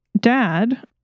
Dad